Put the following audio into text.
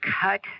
cut